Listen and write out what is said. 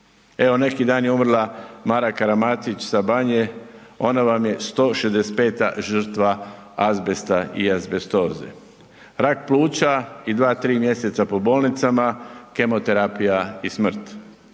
Evo, neki dan je umrla Mara Karamatić Sabanje, ona vam je 165 žrtva azbesta i azbestoze. Rak pluća i 2-3 mjeseca po bolnicama, kemoterapija i smrt.